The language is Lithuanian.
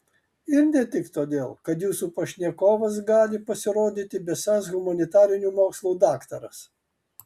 ir ne tik todėl kad jūsų pašnekovas gali pasirodyti besąs humanitarinių mokslų daktaras